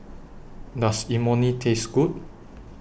Does Imoni Taste Good